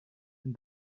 and